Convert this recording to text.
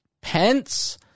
Pence